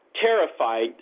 terrified